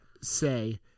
say